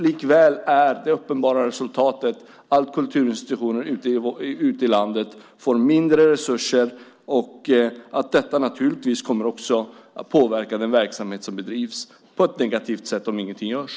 Likväl är det uppenbara resultatet att kulturinstitutioner ute i landet får mindre resurser och att detta naturligtvis, på ett negativt sätt, kommer att påverka den verksamhet som bedrivs, om ingenting görs.